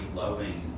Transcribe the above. loving